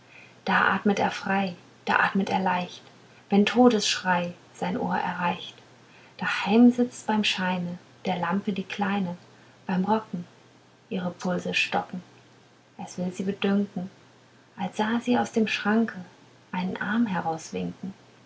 da atmet er frei da atmet er leicht wenn todesschrei sein ohr erreicht daheim sitzt beim scheine der lampe die kleine beim rocken ihre pulse stocken es will sie bedünken als sah sie aus dem schranke einen arm